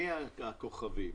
מי הכוכבים?